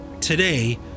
today